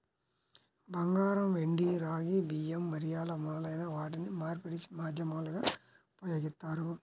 బంగారం, వెండి, రాగి, బియ్యం, మిరియాలు మొదలైన వాటిని మార్పిడి మాధ్యమాలుగా ఉపయోగిత్తారు